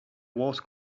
was